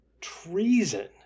Treason